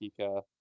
Pika